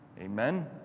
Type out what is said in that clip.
Amen